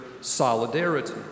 solidarity